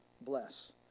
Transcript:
bless